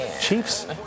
Chiefs